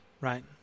right